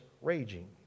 raging